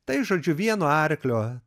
tai žodžiu vieno arklio